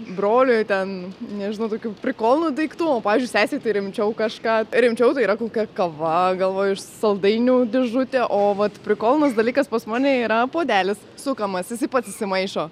broliui ten nežinau tokių prikolnų daiktų o pavyzdžiui sesei tai rimčiau kažką rimčiau tai yra kokia kava galvoju iš saldainių dėžutė o vat prikolnas dalykas pas mane yra puodelis sukamasis jisai pats išsimaišo